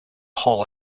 whole